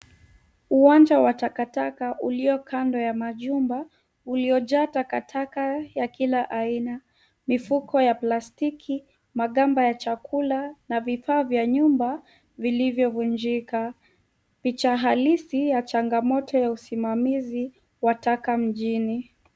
Uwanja wa takataka ulio kando ya majumba uliyojaa takataka ya kila aina, mifuko ya plastiki, magamba ya chakula na vifaa vya nyumba vilivyovunjika. Picha halisi ya changamoto ya usimamizi wa taka mjini.